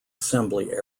assembly